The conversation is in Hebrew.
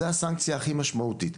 זה הסנקציה הכי משמעותית.